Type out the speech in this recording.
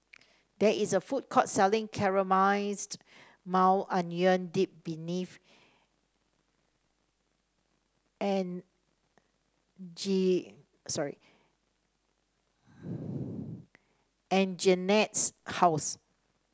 there is a food court selling Caramelized Maui Onion Dip and G sorry Anjanette's house